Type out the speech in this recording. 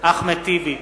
אחמד טיבי,